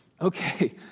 okay